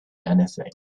anything